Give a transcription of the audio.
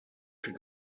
plus